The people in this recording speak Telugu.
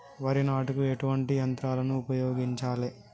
వరి నాటుకు ఎటువంటి యంత్రాలను ఉపయోగించాలే?